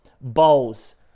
bowls